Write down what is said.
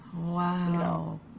wow